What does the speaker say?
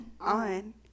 On